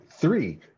three